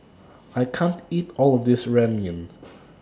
I can't eat All of This Ramyeon